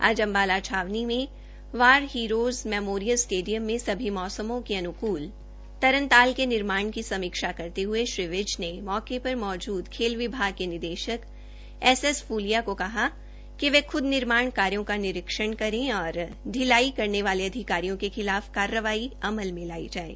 आज अम्बाला छावनी में वार हीरोज मेमोरियल स्टेडियम में सभी मौसमों के अनुकूल तरनताल के निर्माण की समीक्षा करते हये श्री विज ने मौके पर मौजूद खेल विभाग के निदेशक एस एस फ्लिया को कहा कि वे ख्द निर्माण कार्यो का निरीक्षण करें और पिलाई करने वाले अधिकारियों के खिलाफ कार्रवाई अमल में लाई जाये